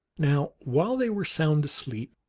now while they were sound asleep,